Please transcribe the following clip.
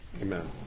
Amen